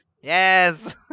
yes